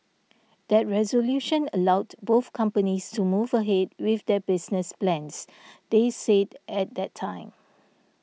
that resolution allowed both companies to move ahead with their business plans they said at that time